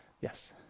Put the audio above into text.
Yes